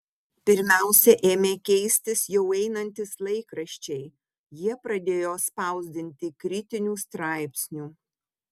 pirmiausia ėmė keistis jau einantys laikraščiai jie pradėjo spausdinti kritinių straipsnių